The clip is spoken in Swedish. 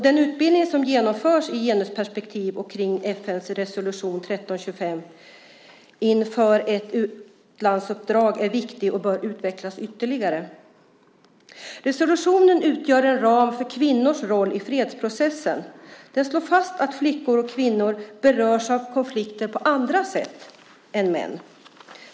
Den utbildning som genomförs om genusperspektiv och FN:s resolution 1325 inför ett utlandsuppdrag är viktig och bör utvecklas ytterligare. Resolutionen utgör en ram för kvinnors roll i fredsprocessen. Den slår fast att flickor och kvinnor berörs av konflikter på andra sätt än män.